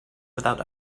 without